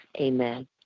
Amen